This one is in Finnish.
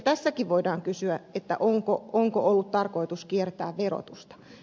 tässäkin voidaan kysyä onko ollut tarkoitus kiertää verotusta